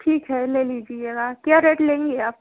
ठीक है ले लीजिएगा क्या रेट लेंगी आप